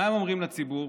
מה הם אומרים לציבור?